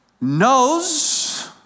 knows